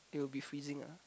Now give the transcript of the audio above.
it will be freezing ah